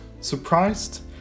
surprised